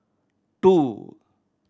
two